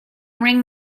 ring